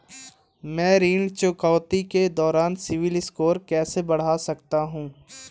मैं ऋण चुकौती के दौरान सिबिल स्कोर कैसे बढ़ा सकता हूं?